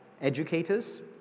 educators